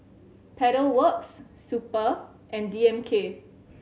Pedal Works Super and D M K